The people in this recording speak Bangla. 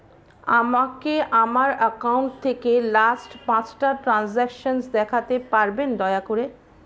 আমাকে আমার অ্যাকাউন্ট থেকে লাস্ট পাঁচটা ট্রানজেকশন দেখাতে পারবেন দয়া করে